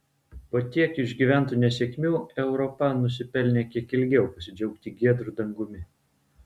po tiek išgyventų nesėkmių europa nusipelnė kiek ilgiau pasidžiaugti giedru dangumi